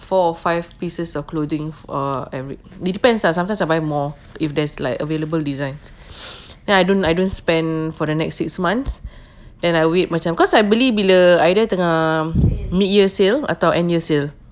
four or five pieces of clothing on av~ depends ah sometimes I buy more if there's like available designs then I don't I don't spend for the next six months then I wait macam cause I beli tengah mid year sale atau end year sale